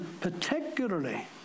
particularly